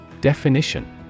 Definition